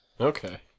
Okay